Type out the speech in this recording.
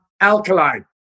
alkaline